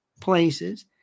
places